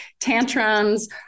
tantrums